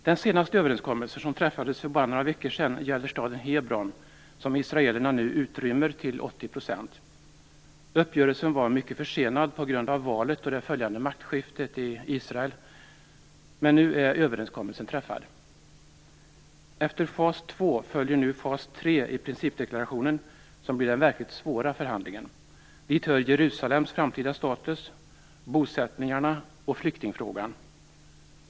Den senaste överenskommelsen som träffades för bara några veckor sedan gäller staden Hebron, som israelerna nu utrymmer till 80 %. Uppgörelsen var mycket försenad på grund av valet och det följande maktskiftet i Israel, men nu är överenskommelsen träffad. Efter fas två följer nu fas tre i principdeklarationen, som blir den verkligt svåra förhandlingen. Dit hör Jerusalems framtida status, bosättningarna och flyktingfrågan.